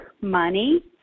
money